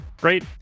Great